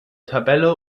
tabelle